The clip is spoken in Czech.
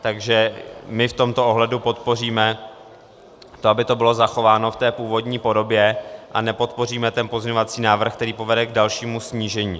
Takže my v tomto ohledu podpoříme to, aby to bylo zachováno v té původní podobě, a nepodpoříme ten pozměňovací návrh, který povede k dalšímu snížení.